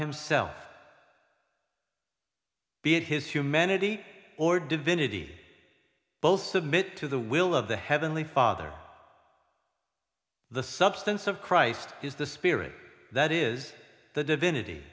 himself be it his humanity or divinity both submit to the will of the heavenly father the substance of christ is the spirit that is the divinity